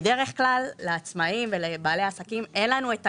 בדרך כלל, לעצמאים ולבעלי העסקים אין את הידע.